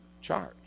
charge